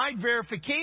verification